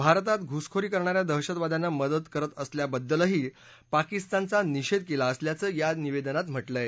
भारतात घुसखोरी करणा या दहशतवाद्यांना मदत करत असल्याबद्दलही पाकिस्तानचा निषेध केला असल्याचं या निवेदनात म्हटलंय